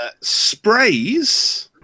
Sprays